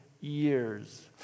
years